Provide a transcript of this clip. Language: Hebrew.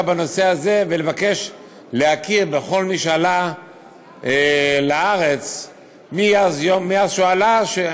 בנושא הזה לבקש להכיר בכל מי שעלה לארץ מאז שהוא עלה.